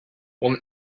when